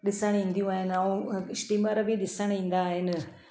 ॾिसणु ईंदियूं आहिनि ऐं स्टीमर बि ॾिसणु ईंदा आहिनि